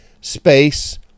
space